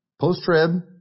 post-trib